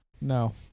no